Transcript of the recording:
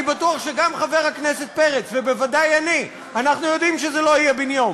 אני בטוח שגם חבר הכנסת פרץ ובוודאי אני יודעים שזה לא יהיה בן-יום,